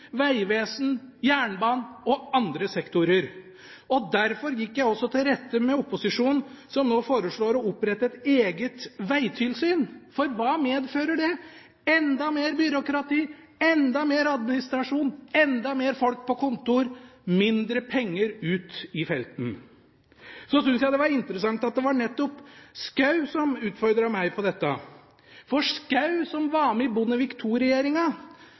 vegvesen, jernbanen og andre sektorer. Derfor gikk jeg også i rette med opposisjonen, som nå foreslår å opprette et eget vegtilsyn. For hva medfører det? Enda mer byråkrati, enda mer administrasjon, enda flere folk på kontor – mindre penger ut i felten. Jeg synes det var interessant at det nettopp var Schou som utfordret meg på dette – Schou, som var med i Bondevik